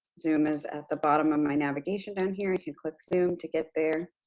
zoom is at the bottom of my navigation down here. if you click zoom to get there.